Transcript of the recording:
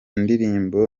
ndirimbo